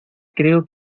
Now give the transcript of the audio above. creo